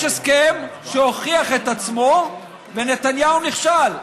יש הסכם שהוכיח את עצמו ונתניהו נכשל,